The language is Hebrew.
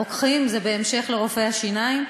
הרוקחים, זה בהמשך לרופאי השיניים.